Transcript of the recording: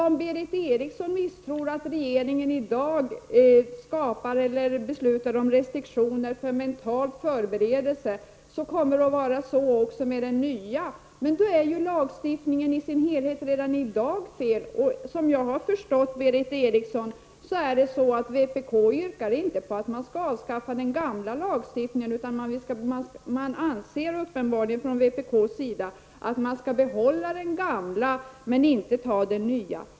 Om Berith Eriksson tror att regeringen med den nya lagen beslutar om restriktioner på grund av mental förberedelse, skulle redan den nuvarande lagstiftningen i sin helhet vara felaktig. Om jag har förstått Berith Eriksson rätt, yrkar vpk inte på att den gamla lagstiftningen skall avskaffas utan på att den skall behållas, och den nya lagstiftningen skall inte antas.